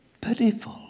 pitiful